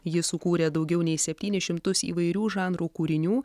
jis sukūrė daugiau nei septynis šimtus įvairių žanrų kūrinių